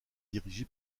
dirigé